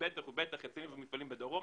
בטח ובטח יצרנים במפעלים בדרום.